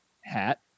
hat